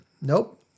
nope